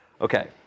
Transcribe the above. Okay